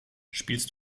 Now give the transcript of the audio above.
spielst